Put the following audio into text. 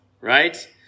right